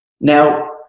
Now